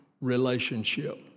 relationship